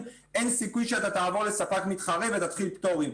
אין סיכוי שאתה תעבור לספק מתחרה ותתחיל פטורים.